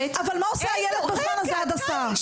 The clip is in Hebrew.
--- אבל מה עושה הילד בזמן הזה עד ההסעה?